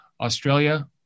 Australia